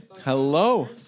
Hello